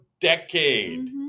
decade